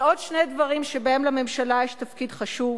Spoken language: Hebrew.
ועוד שני דברים שבהם לממשלה יש תפקיד חשוב: